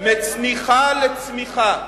מצניחה לצמיחה.